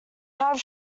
have